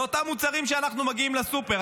לאותם מוצרים שאנחנו מגיעים לסופר.